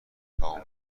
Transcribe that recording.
تموم